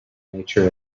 nature